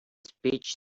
peach